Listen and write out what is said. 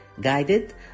guided